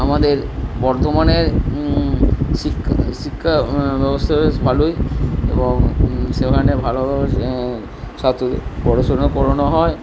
আমাদের বর্ধমানের শিক্ষা ব্যবস্থা বেশ ভালোই এবং সেখানে ভালোভাবে ছাত্রদের পড়াশোনা করানো হয়